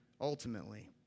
ultimately